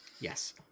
Yes